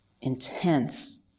intense